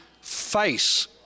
face